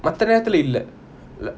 மத நேரத்துல இல்ல:matha nerathula illa